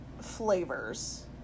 flavors